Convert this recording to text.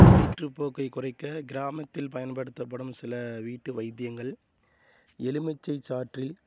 வயிற்று போக்கை குறைக்க கிராமத்தில் பயன்படுத்தப்படும் சில வீட்டு வைத்தியங்கள் எலுமிச்சை சாற்றில்